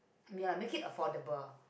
mm ya lah make it affordable